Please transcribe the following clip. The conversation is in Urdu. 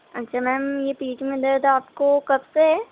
اچھا میم یہ پیٹھ میں درد ہے آپ کو کب سے ہے